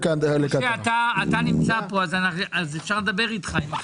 משה, אפשר לדבר איתך, אתה פה.